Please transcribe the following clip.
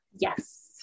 Yes